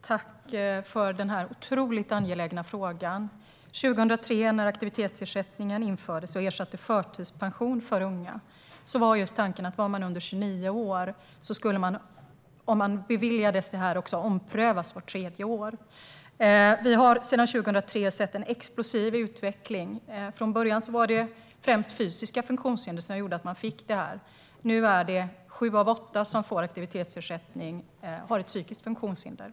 Herr talman! Jag vill tacka för den angelägna frågan. Aktivitetsersättningen infördes 2003 och ersatte förtidspension för unga. Tanken var just att den, om man var under 29 år och beviljades det här, skulle omprövas vart tredje år. Sedan 2003 har vi sett en explosiv utveckling. Från början var det främst fysiska funktionshinder som ledde till att man fick det här. Nu har sju av åtta som får aktivitetsersättning ett psykiskt funktionshinder.